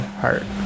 heart